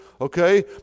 okay